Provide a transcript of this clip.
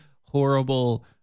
horrible